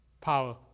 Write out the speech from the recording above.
power